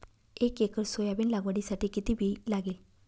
एक acre soybean लागवडीसाठी किती बी लागेल?